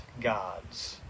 gods